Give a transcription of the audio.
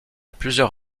plusieurs